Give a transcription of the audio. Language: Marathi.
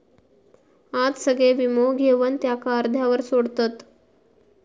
आज सगळे वीमो घेवन त्याका अर्ध्यावर सोडतत